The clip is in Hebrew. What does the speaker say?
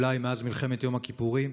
אולי מאז מלחמת יום הכיפורים.